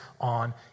on